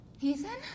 Ethan